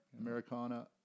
Americana